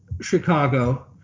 Chicago